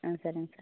ஆ சரிங்க சார்